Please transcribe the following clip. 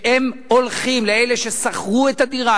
שהולכים לאלה ששכרו את הדירה,